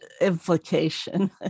implication